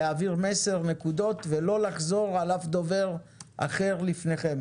להעביר מסר בנקודות ולא לחזור על אף דובר אחר לפניכם.